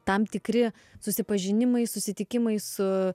tam tikri susipažinimai susitikimai su